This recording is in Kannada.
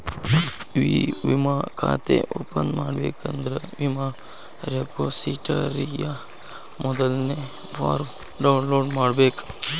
ಇ ವಿಮಾ ಖಾತೆ ಓಪನ್ ಮಾಡಬೇಕಂದ್ರ ವಿಮಾ ರೆಪೊಸಿಟರಿಯ ಮೊದಲ್ನೇ ಫಾರ್ಮ್ನ ಡೌನ್ಲೋಡ್ ಮಾಡ್ಬೇಕ